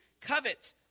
covet